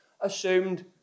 assumed